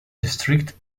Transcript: district